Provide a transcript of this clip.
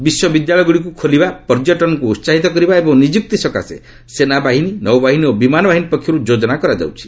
ବିଶ୍ୱବିଦ୍ୟାଳୟଗୁଡ଼ିକୁ ଖୋଲିବା ପର୍ଯ୍ୟଟନକୁ ଉତ୍ସାହିତ କରିବା ଏବଂ ନିଯୁକ୍ତି ସକାଶେ ସେନାବାହିନୀ ନୌବାହିନୀ ଓ ବିମାନବାହିନୀ ପକ୍ଷରୁ ଯୋଜନା କରାଯାଉଛି